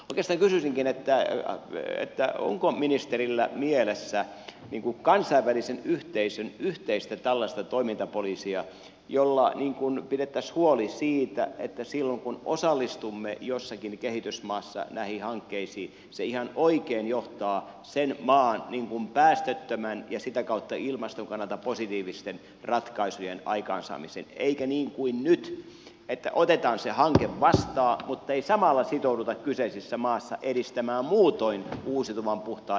oikeastaan kysyisinkin onko ministerillä mielessä kansainvälisen yhteisön yhteistä tällaista toimintapolicya jolla pidettäisiin huoli siitä että silloin kun osallistumme jossakin kehitysmaassa näihin hankkeisiin se ihan oikein johtaa sen maan päästöttömien ja sitä kautta ilmaston kannalta positiivisten ratkaisujen aikaansaamiseen eikä niin kuin nyt että otetaan se hanke vastaan muttei samalla sitouduta kyseisessä maassa edistämään muutoin uusiutuvan puhtaan energian käyttöä